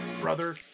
brother